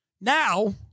Now